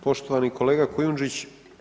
Poštovani kolega Kujundžić.